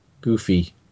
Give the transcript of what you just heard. goofy